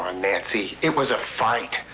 and nqncy. it was a fight.